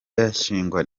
yashingwa